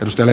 nostele